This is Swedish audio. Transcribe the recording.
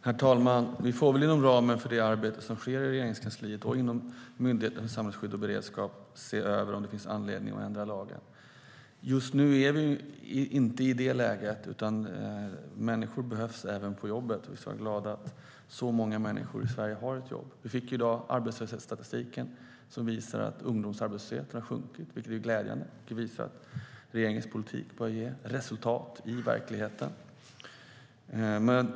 Herr talman! Vi får väl inom ramen för det arbete som sker i Regeringskansliet och inom Myndigheten för samhällsskydd och beredskap se över om det finns anledning att ändra lagar. Just nu är vi inte i det läget. Människor behövs även på jobbet, och vi ska vara glada att så många människor i Sverige har ett jobb. Vi fick i dag arbetslöshetsstatistiken, som visar att ungdomsarbetslösheten har sjunkit. Det är glädjande, och det visar att regeringens politik börjar ge resultat i verkligheten.